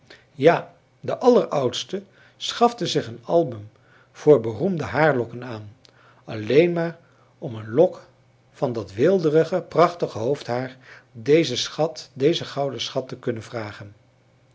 ja de alleroudste schafte zich een album voor beroemde haarlokken aan alleen maar om een lok van dat weelderige prachtige hoofdhaar dezen schat dezen gouden schat te kunnen vragen